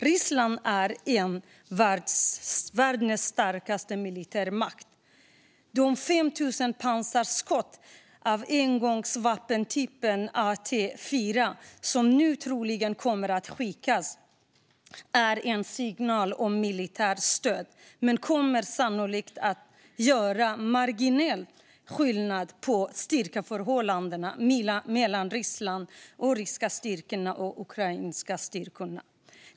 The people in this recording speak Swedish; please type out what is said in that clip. Ryssland är en av världens starkaste militärmakter. De 5 000 pansarskott av engångsvapentypen AT4 som nu troligen kommer att skickas är en signal om militärt stöd, men de kommer sannolikt att göra marginell skillnad på styrkeförhållandet mellan de ryska styrkorna och de ukrainska styrkorna.